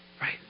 Right